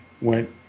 went